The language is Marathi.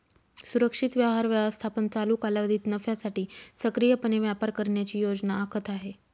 सुरक्षित व्यवहार व्यवस्थापन चालू कालावधीत नफ्यासाठी सक्रियपणे व्यापार करण्याची योजना आखत आहे